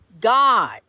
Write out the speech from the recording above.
God